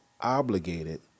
obligated